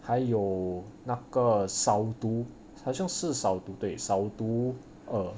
还有那个扫毒好像是扫毒 err